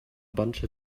bunch